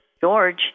George